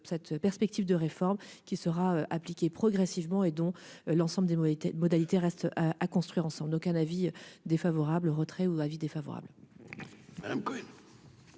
cette perspective de réforme qui sera appliqué progressivement et dont l'ensemble des modalités de modalités restent à construire ensemble, aucun avis défavorable, retrait ou avis défavorable.